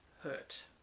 hurt